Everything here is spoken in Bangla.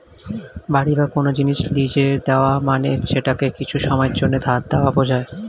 বাড়ি বা কোন জিনিস লীজে দেওয়া মানে সেটাকে কিছু সময়ের জন্যে ধার দেওয়া বোঝায়